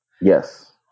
Yes